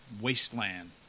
wasteland